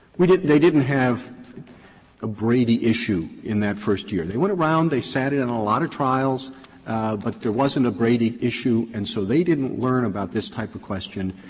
we they didn't have a brady issue in that first year. they went around they sat in, in a lot of trials but there wasn't a brady issue and so they didn't learn about this type of question.